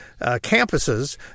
campuses